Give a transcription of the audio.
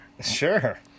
sure